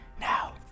Now